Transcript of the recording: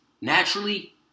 naturally